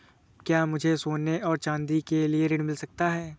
क्या मुझे सोने और चाँदी के लिए ऋण मिल सकता है?